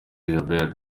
djabel